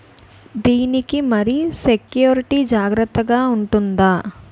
దీని కి మరి సెక్యూరిటీ జాగ్రత్తగా ఉంటుందా?